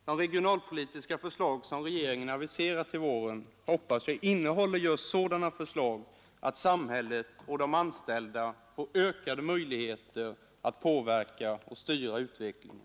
De regionalpolitiska förslag som regeringen aviserat till våren hoppas jag har ett sådant innehåll att samhället och de anställda får ökade möjligheter att påverka och styra utvecklingen.